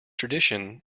tradition